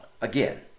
Again